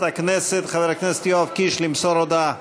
הכנסת חבר הכנסת יואב קיש למסור הודעה.